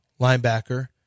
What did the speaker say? linebacker